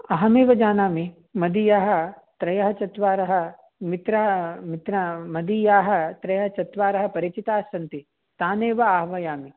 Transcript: अहमेव जानामि मदीयाः त्रयः चत्वारः मित्रः मित्र मदीयाः त्रयः चत्वारः परिचितास्सन्ति तानेव आह्वयामि